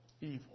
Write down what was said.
evil